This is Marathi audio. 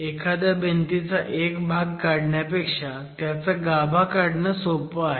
एखाद्या भिंतींचा एक भाग काढण्यापेक्षा त्याचा गाभा काढणे सोपं आहे